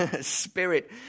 spirit